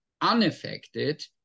unaffected